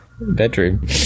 bedroom